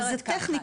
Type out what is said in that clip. אבל זו טכניקה.